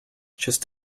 just